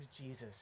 Jesus